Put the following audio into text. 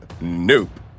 Nope